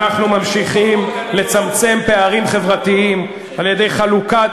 אנחנו ממשיכים לצמצם פערים חברתיים על-ידי חלוקת,